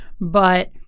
but-